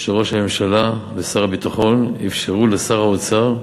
שראש הממשלה ושר הביטחון אפשרו לשר האוצר,